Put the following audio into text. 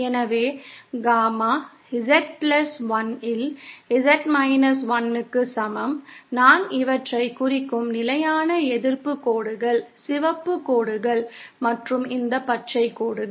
எனவே gamma z 1 இல் z 1 க்கு சமம் நான் இவற்றைக் குறிக்கும் நிலையான எதிர்ப்புக் கோடுகள் சிவப்புக் கோடுகள் மற்றும் இந்த பச்சை கோடுகள்